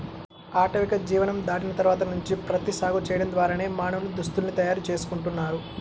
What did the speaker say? ఆటవిక జీవనం దాటిన తర్వాత నుంచి ప్రత్తి సాగు చేయడం ద్వారానే మానవులు దుస్తుల్ని తయారు చేసుకుంటున్నారు